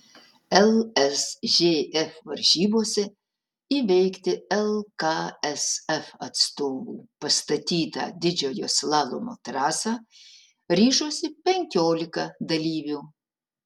lsžf varžybose įveikti lksf atstovų pastatytą didžiojo slalomo trasą ryžosi penkiolika dalyvių